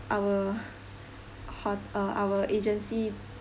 our ho~ uh our agency